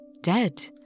dead